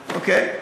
אוקיי.